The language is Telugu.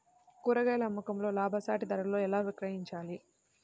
కూరగాయాల అమ్మకంలో లాభసాటి ధరలలో ఎలా విక్రయించాలి?